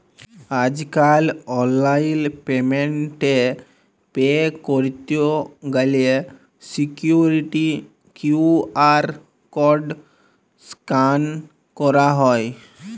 আজ কাল online payment এ পে ক্যরত গ্যালে সিকুইরিটি কিউ.আর কড স্ক্যান ক্যরা হ্য়